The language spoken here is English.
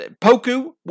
Poku